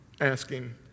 asking